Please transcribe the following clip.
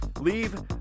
leave